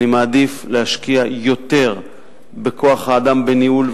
אני מעדיף להשקיע יותר בכוח-האדם בניהול ובהוראה,